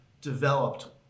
developed